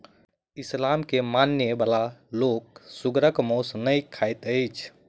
इस्लाम के मानय बला लोक सुगरक मौस नै खाइत अछि